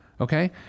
okay